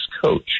coach